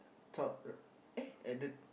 top eh at the